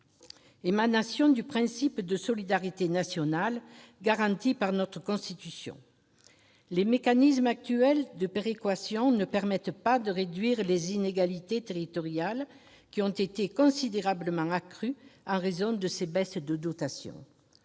émanation du principe de solidarité nationale garanti par notre Constitution. Les mécanismes actuels de péréquation ne permettent pas de réduire les inégalités territoriales, qui ont été considérablement accrues en raison de ces baisses de dotations.